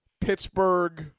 Pittsburgh